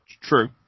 True